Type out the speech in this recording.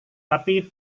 tapi